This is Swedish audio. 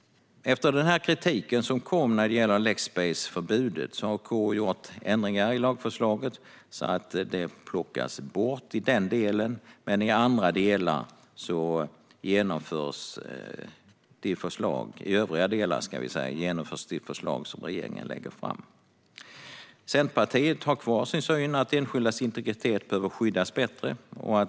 Efter den kritik som kom av Lexbaseförbudet har KU gjort ändringar i lagförslaget så att det plockas bort i den delen, men i övriga delar genomförs de förslag som regeringen lägger fram. Centerpartiet har kvar sin syn att enskildas integritet behöver skyddas bättre.